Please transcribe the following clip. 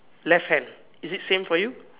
left hand is it same for you